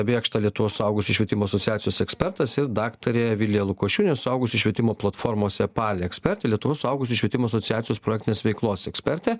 bėkšta lietuvos suaugusiųjų švietimo asociacijos ekspertas ir daktarė vilija lukošiūnė suaugusiųjų švietimo platformos epale ekspertė lietuvos suaugusiųjų švietimo asociacijos projektinės veiklos ekspertė